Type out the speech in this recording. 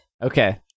Okay